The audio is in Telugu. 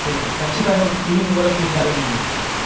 పిల్లర్ ఖచ్చితంగా భీం కూడా ఫీట్న్నర భీం తీయాలి